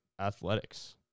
Athletics